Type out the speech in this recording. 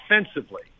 offensively